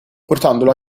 portandolo